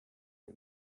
der